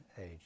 age